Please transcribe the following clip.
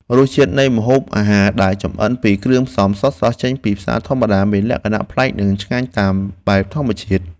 រសជាតិនៃម្ហូបអាហារដែលចម្អិនពីគ្រឿងផ្សំស្រស់ៗចេញពីផ្សារធម្មតាមានលក្ខណៈប្លែកនិងឆ្ងាញ់តាមបែបធម្មជាតិ។